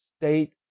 state